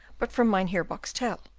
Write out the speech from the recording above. but from mynheer boxtel.